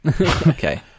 Okay